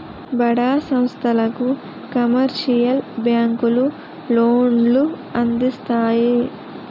బడా సంస్థలకు కమర్షియల్ బ్యాంకులు లోన్లు అందిస్తాయి